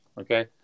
okay